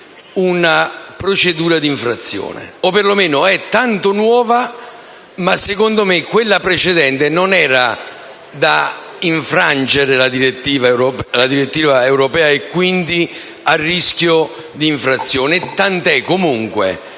una procedura di infrazione, o perlomeno è nuova, ma secondo me quella precedente non era tale da infrangere la direttiva europea e quindi a rischio di infrazione. Comunque,